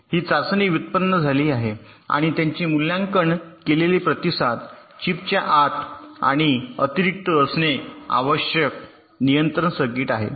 ही चाचणी व्युत्पन्न झाली आहे आणि त्याचे मूल्यांकन केलेले प्रतिसाद चिपच्या आत आणि अतिरिक्त असणे आवश्यक नियंत्रण सर्किट आहे